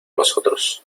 nosotros